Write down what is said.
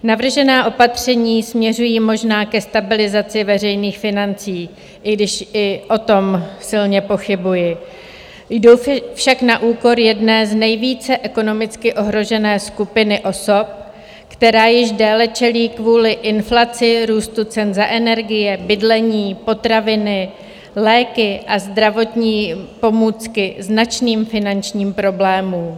Navržená opatření směřují možná ke stabilizaci veřejných financí, i když i o tom silně pochybuji, jdou však na úkor jedné z nejvíce ekonomicky ohrožené skupiny osob, která již déle čelí kvůli inflaci, růstu cen za energie, bydlení, potraviny, léky a zdravotní pomůcky značným finančním problémům.